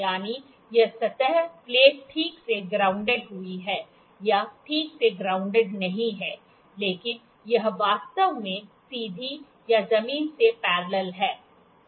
यानी यह सतह प्लेट ठीक से ग्राउंडेड हुई है या ठीक से ग्राउंडेड नहीं है लेकिन यह वास्तव में सीधी या जमीन से पैरेलेल है